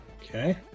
Okay